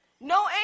No